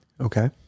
Okay